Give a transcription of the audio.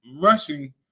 rushing